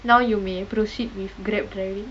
now you may proceed with Grab driving